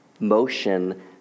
Motion